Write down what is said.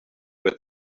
with